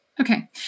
Okay